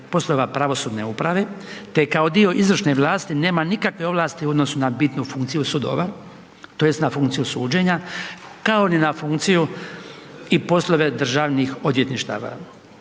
poslova pravosudne uprave te kao dio izvršne vlasti nema nikakve ovlasti u odnosu na bitnu funkciju sudova tj. na funkciju suđenja kao ni na funkciju i poslove državnih odvjetništava.